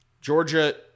Georgia